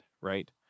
right